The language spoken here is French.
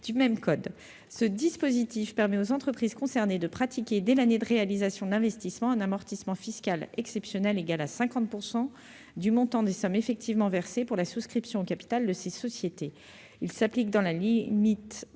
du même code. Ce dispositif permet aux entreprises concernées de pratiquer dès l'année de réalisation de l'investissement un amortissement fiscal exceptionnel égal à 50 % du montant des sommes effectivement versées pour la souscription au capital de ces sociétés. Il s'applique dans les limites